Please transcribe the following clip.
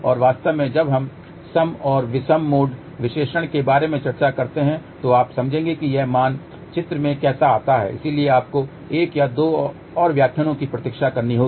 और वास्तव में जब हम सम और विषम मोड विश्लेषण के बारे में चर्चा करते हैं तो आप समझेंगे कि यह मान चित्र में कैसे आता है इसलिए आपको एक या दो और व्याख्यानों की प्रतीक्षा करनी होगी